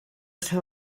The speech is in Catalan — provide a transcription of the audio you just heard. seu